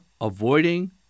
avoiding